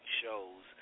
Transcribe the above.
shows